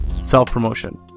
self-promotion